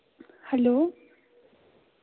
hello